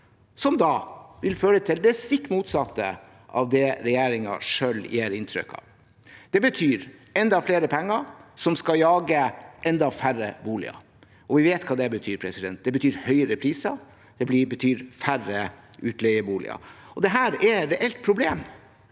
da vil føre til det stikk motsatte av det regjeringen selv gir inntrykk av. Det betyr enda flere penger som skal jage enda færre boliger, og vi vet hva det betyr. Det betyr høyere priser, og det betyr færre utleieboliger. Her er det et problem,